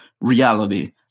reality